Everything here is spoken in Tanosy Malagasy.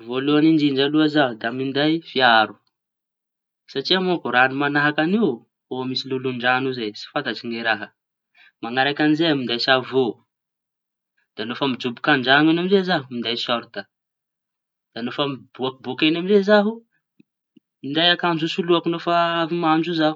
Voalohañy indrindra alo zaho minday fiaro satria raño mañahaky an'io ho misy lolondraño zay tsy fantatsy ny raha. Mañaraky amin'izay minday savo da no fa mijoboka an-draño iñy amizay zaho minday sorta. No fa miboaboaky iñy amizay zaho minday akanzo hisoloako no fa mandro zaho.